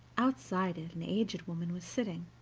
outside it an aged woman was sitting,